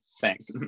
Thanks